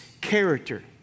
character